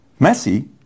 Messi